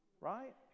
right